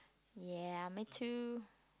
ya me too